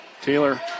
Taylor